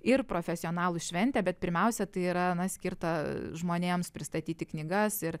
ir profesionalų šventė bet pirmiausia tai yra skirta žmonėms pristatyti knygas ir